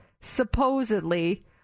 supposedly